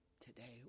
today